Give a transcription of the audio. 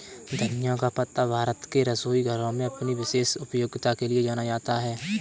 धनिया का पत्ता भारत के रसोई घरों में अपनी विशेष उपयोगिता के लिए जाना जाता है